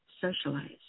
socialize